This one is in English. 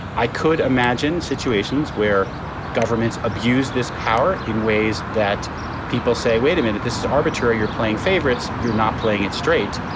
i could imagine situations where governments abused this power in ways that people say, wait a minute, this is arbitrary. you're playing favorites, you're not playing it straight.